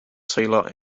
tailor